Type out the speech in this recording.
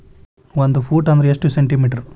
ಒಂದು ಫೂಟ್ ಅಂದ್ರ ಎಷ್ಟು ಸೆಂಟಿ ಮೇಟರ್?